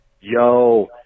Yo